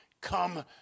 come